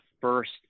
first